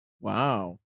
Wow